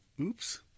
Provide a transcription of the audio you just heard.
oops